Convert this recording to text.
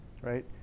right